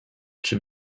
czy